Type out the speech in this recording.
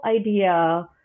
idea